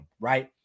right